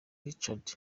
richards